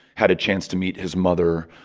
had a chance to meet his mother,